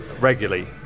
Regularly